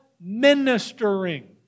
ministering